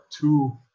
two